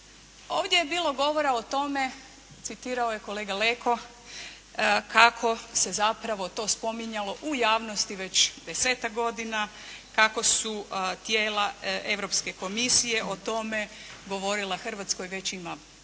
Ovdje je bilo govora o tome, citirao je kolega Leko kako se zapravo to spominjalo u javnosti već 10-ak godina, kako su tijela europske komisije o tome govorila Hrvatskoj već ima par